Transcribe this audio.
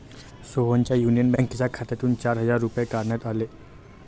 सोहनच्या युनियन बँकेच्या खात्यातून चार हजार रुपये काढण्यात आले